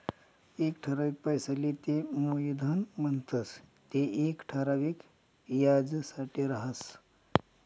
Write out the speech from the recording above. एक ठरावीक पैसा तेले मुयधन म्हणतंस ते येक ठराविक याजसाठे राहस